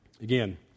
Again